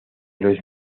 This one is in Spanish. los